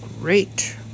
great